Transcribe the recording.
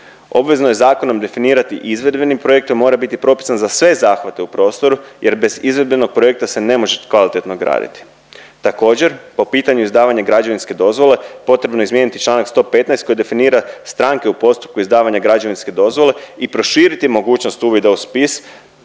Obvezno je zakonom definirati izvedbeni projekt jer mora biti propisan za sve zahvate u prostoru jer bez izvedbenog projekta se ne može kvalitetno graditi. Također po pitanju izdavanja građevinske dozvole potrebno je izmijeniti Članak 115. koji definira stranke u postupku izdavanja građevinske dozvole i proširi mogućnost uvida u spis